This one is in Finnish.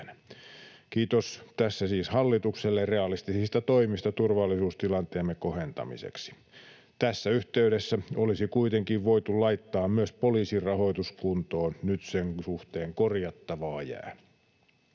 Kiitos tässä siis hallitukselle realistisista toimista turvallisuustilanteemme kohentamiseksi. Tässä yhteydessä olisi kuitenkin voitu laittaa myös poliisin rahoitus kuntoon, sillä nyt sen suhteen korjattavaa jää.